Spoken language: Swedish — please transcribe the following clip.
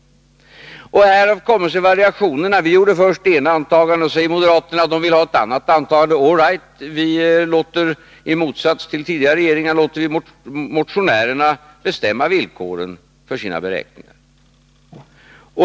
Härav kommer sig variationerna. Vi gjorde först det ena antagandet, och så säger moderaterna att de vill ha ett annat antagande. All right! I motsats till tidigare regeringar låter vi motionärerna bestämma villkoren för sina beräkningar.